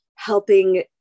Helping